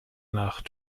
nach